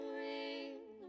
ring